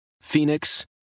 Phoenix